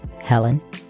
Helen